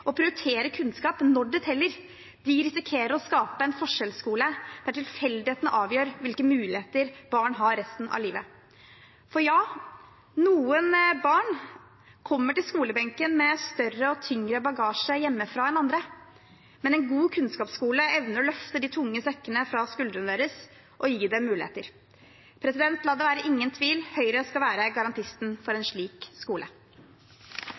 å prioritere kunnskap når det teller, risikerer å skape en forskjellsskole der tilfeldighetene avgjør hvilke muligheter barn har resten av livet. For ja, noen barn kommer til skolebenken med større og tyngre bagasje hjemmefra enn andre, men en god kunnskapsskole evner å løfte de tunge sekkene fra skuldrene deres og gi dem muligheter. La det være ingen tvil: Høyre skal være garantisten for en slik skole.